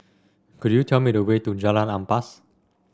could you tell me the way to Jalan Ampas